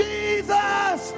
Jesus